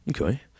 Okay